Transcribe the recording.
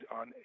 on